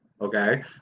Okay